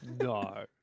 No